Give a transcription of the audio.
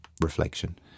reflection